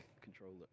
controller